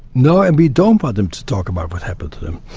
no, and we don't want them to talk about what happened to them,